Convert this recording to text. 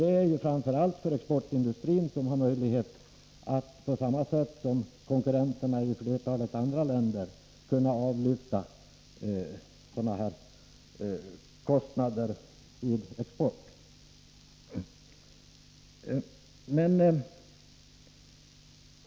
Detta gäller framför allt för exportindustrin som då får möjlighet att på samma sätt som konkurrenterna i flertalet andra länder avlyfta dessa kostnader vid export.